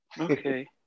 Okay